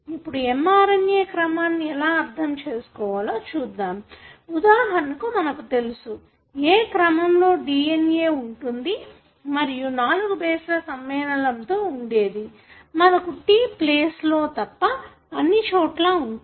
ఇప్పుడు mRNA క్రమాన్ని ఎలా అర్థం చేసుకోవాలో చూద్దాము ఉదాహరణకు మనకు తెలుసు ఏ క్రమంలో DNA ఉంటుంది మరియు 4 బేస్ల సమ్మేళనంలో ఉండేది మనకు T ప్లేస్ లో తప్ప అన్నిచోట్లా ఉంటాయి